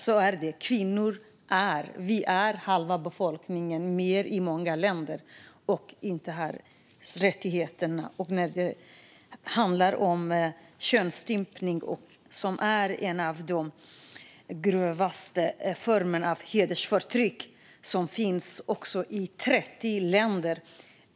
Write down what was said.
Så är det: Vi kvinnor är halva befolkningen - och mer än så i många länder - men har inte samma rättigheter. Könsstympning är en av de grövsta formerna av hedersförtryck och finns i 30 länder.